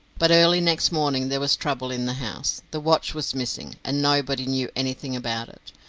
but early next morning there was trouble in the house. the watch was missing, and nobody knew anything about it.